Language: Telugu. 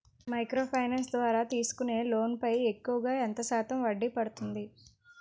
మైక్రో ఫైనాన్స్ ద్వారా తీసుకునే లోన్ పై ఎక్కువుగా ఎంత శాతం వడ్డీ పడుతుంది?